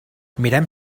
mirem